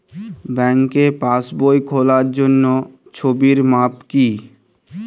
ব্যাঙ্কে পাসবই খোলার জন্য ছবির মাপ কী?